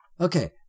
okay